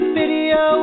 video